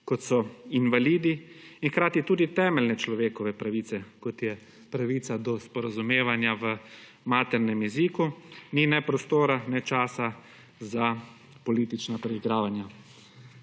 kot so invalidi, in hkrati tudi temeljne človekove pravice, kot je pravica do sporazumevanja v maternem jeziku, ni ne prostora ne časa za politična preigravanja.